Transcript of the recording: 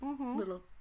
little